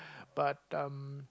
but um